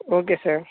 okay sir